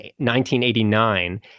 1989